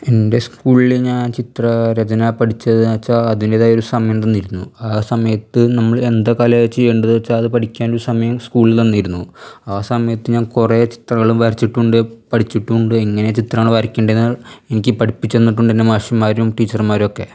എൻ്റെ സ്കൂളിൽ ഞാൻ ചിത്ര രചന പഠിച്ചത് എന്നാച്ചാൽ അതിൻറ്റേതായൊരു സമയം തന്നിരുന്നു ആ സമയത്ത് നമ്മൾ എന്ത് കലെയ ചെയ്യെണ്ടത്ച്ചാൽ അത് പഠിക്കാനൊരു സമയം സ്കൂൾ തന്നിരുന്നു ആ സമയത്ത് ഞാൻ കുറെ ചിത്രങ്ങൾ വരച്ചിട്ടുണ്ട് പഠിച്ചിട്ടുവുണ്ട് എങ്ങനെ ചിത്രങ്ങൾ വരക്കണ്ടേന്ന് എനിക്ക് പഠിപ്പിച്ച് തന്നിട്ടുണ്ട് എൻ്റെ മാഷന്മാരും ടീച്ചർമാരുവൊക്കെ